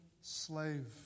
slave